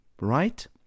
right